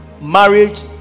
marriage